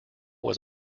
was